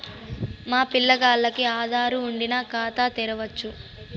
మా పిల్లగాల్లకి ఆదారు వుండిన ఖాతా తెరవచ్చు